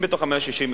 אם בתוך ה-160,000,